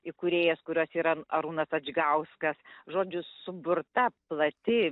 įkūrėjas kurios yra arūnas adžgauskas žodžiu suburta plati